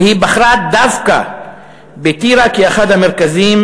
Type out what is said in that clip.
והיא בחרה דווקא בטירה כאחד המרכזים